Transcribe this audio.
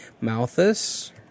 Malthus